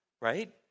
right